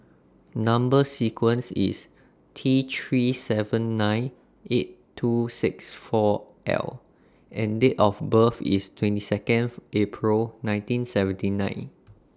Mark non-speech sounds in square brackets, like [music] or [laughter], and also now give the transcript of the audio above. Number sequence IS T three seven nine eight two six four L and Date of birth IS twenty Second [noise] April nineteen seventy nine